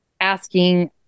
asking